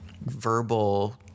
verbal